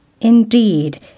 Indeed